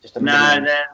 No